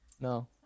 No